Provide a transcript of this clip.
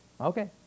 Okay